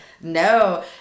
No